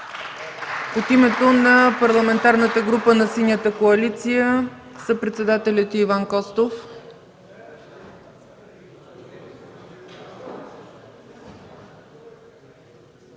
От името на Парламентарната група на Синята коалиция – съпредседателят й Иван Костов.